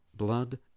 blood